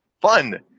fun